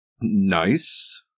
Nice